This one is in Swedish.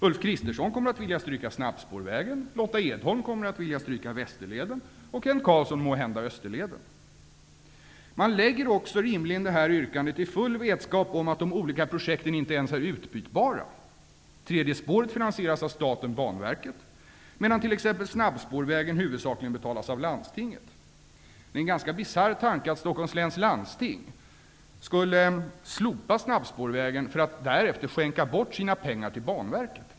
Ulf Kristersson kommer att vilja stryka snabbspårvägen, Lotta Edholm kommer att vilja stryka Västerleden, och Kent Carlsson måhända Man avger rimligen yrkandet i full vetskap om att de olika projekten inte ens är utbytbara. Tredje spåret finansieras av staten/Banverket, medan t.ex. Landstinget. Det är en ganska bisarr tanke att Stockholms läns landsting skulle slopa snabbspårvägen för att därefter skänka bort sina pengar till Banverket.